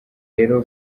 rero